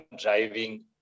driving